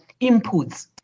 inputs